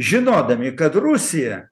žinodami kad rusija